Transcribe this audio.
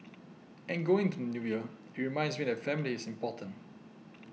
and going into the New Year it reminds me that family is important